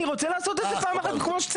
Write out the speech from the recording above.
אני רוצה לעשות את זה כמו שצריך.